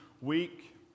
week